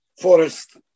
Forest